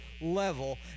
level